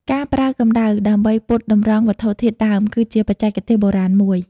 ការប្រើកំដៅដើម្បីពត់តម្រង់វត្ថុធាតុដើម គឺជាបច្ចេកទេសបុរាណមួយ។